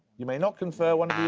you may not confer. one